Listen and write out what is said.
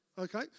Okay